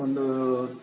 ಒಂದು